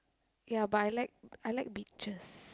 ya but I like I like beaches